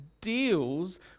deals